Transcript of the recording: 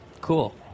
Cool